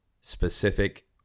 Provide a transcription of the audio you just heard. specific